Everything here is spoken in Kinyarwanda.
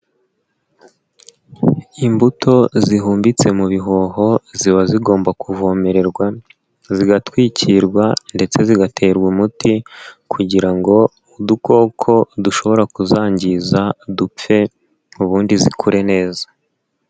Imbuto zihumbitse mu bihoho ziba zigomba kuvomererwa zigatwikirwa ndetse zigaterwa umuti kugira ngo udukoko dushobora kuzangiza dupfe ubundi zikure neza.